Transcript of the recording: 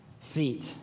feet